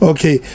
Okay